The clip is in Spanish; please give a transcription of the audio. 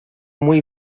muy